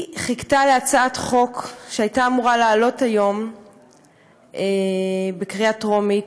היא חיכתה להצעת חוק שהייתה אמורה לעלות היום בקריאה טרומית,